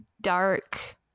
dark